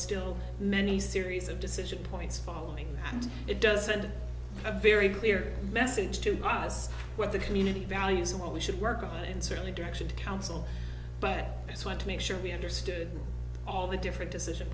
still many series of decision points following and it does send a very clear message to cause what the community values and what we should work on and certainly direction to council but it's one to make sure we understood all the different decision